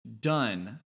done